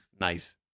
Nice